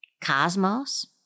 cosmos